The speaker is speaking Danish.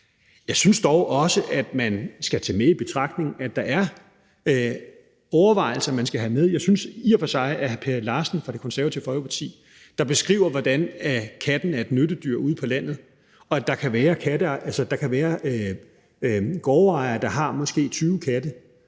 Jeg synes dog også, at man skal tage de overvejelser, der er, med i betragtning. Hr. Per Larsen fra Det Konservative Folkeparti beskriver bl.a., hvordan katten er et nyttedyr ude på landet, og at der kan være gårdejere, der har måske 20 katte.